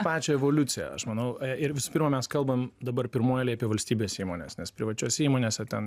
pačią evoliuciją aš manau ir visų pirma mes kalbam dabar pirmoj eilėj apie valstybės įmones nes privačiose įmonėse ten